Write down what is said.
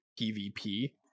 PvP